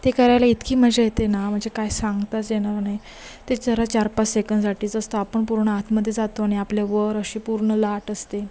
ते करायला इतकी मजा येते ना म्हणजे काय सांगताच येणार नाही ते जरा चारपाच सेकंदसाठीच असतं आपण पूर्ण आतमध्ये जातो आणि आपल्या वर अशी पूर्ण लाट असते